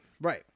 Right